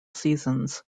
seasons